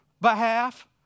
behalf